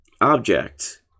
object